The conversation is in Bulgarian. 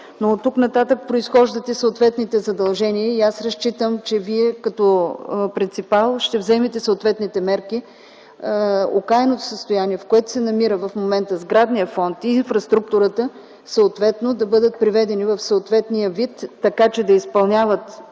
но оттук нататък произхождат и съответните задължения и аз разчитам, че Вие като принципал ще вземете съответните мерки окаяното състояние, в което се намира в момента сградният фонд и инфраструктурата съответно, да бъдат приведени в съответния вид, така че да изпълняват